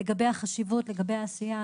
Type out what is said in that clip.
לגבי החשיבות, לגבי העשייה.